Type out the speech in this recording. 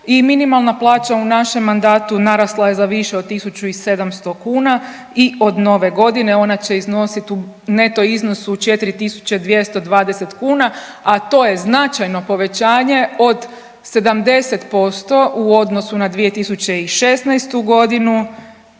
i minimalna plaća u našem mandatu narasla je za više od 1700 kuna i od nove godine ona će iznositi u neto iznosu 4220 kuna, a to je značajno povećanje od 70% u odnosu na 2016. g. i